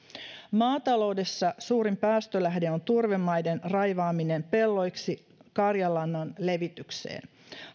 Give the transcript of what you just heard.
maataloudessa suurin päästölähde on turvemaiden raivaaminen pelloiksi karjanlannan levitykseen